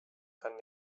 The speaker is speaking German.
kann